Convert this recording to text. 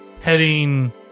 Heading